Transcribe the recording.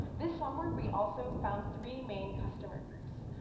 this summer, we also found three main customer groups.